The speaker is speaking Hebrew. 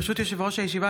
ברשות יושב-ראש הישיבה,